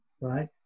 right